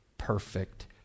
perfect